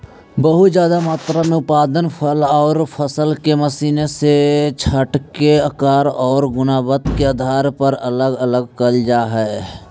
बहुत ज्यादा मात्रा में उत्पादित फल आउ फसल के मशीन से छाँटके आकार आउ गुणवत्ता के आधार पर अलग अलग कैल जा हई